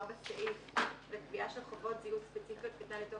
בסעיף בתביעה של חובות זיהוי ספציפיות בדוח